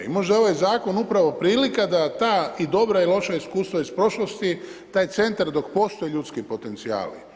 I možda je ovaj Zakon upravo prilika da ta i dobra i loša iskustva iz prošlosti, taj centar dok postoje ljudski potencijali.